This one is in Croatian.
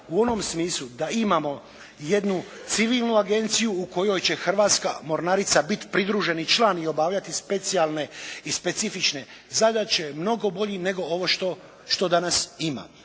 u onom smislu da imamo jednu civilnu agenciju u kojoj će Hrvatska mornarica bit pridruženi član i obavljati specijalne i specifične zadaće mnogo bolji nego ovo što danas ima.